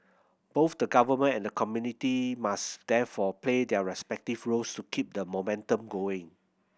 both the government and the community must therefore play their respective roles to keep the momentum going